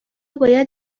باید